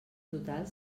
total